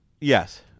yes